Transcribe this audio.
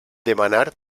demanar